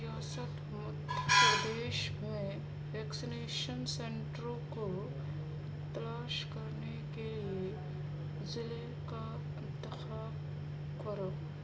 ریاست مدھیہ پردیش میں ویکسینیشن سنٹروں کو تلاش کرنے کے لیے ضلع کا انتخاب کرو